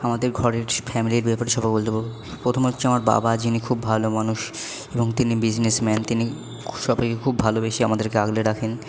আমাদের ঘরের ফ্যামিলির ব্যাপারে বলতে প্রথম হচ্ছে আমার বাবা যিনি খুব ভালো মানুষ এবং তিনি বিজনেসম্যান তিনি সবাইকে খুব ভালোবেসে আমাদেরকে আগলে রাখেন